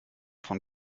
von